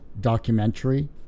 documentary